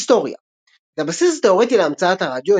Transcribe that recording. היסטוריה את הבסיס התאורטי להמצאת הרדיו